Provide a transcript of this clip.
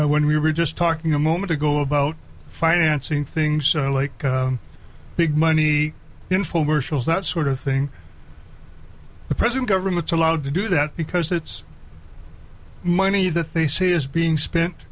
when we were just talking a moment ago about financing things like big money infomercials that sort of thing the present government allowed to do that because it's money that they say is being spent